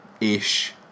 ish